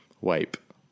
Wipe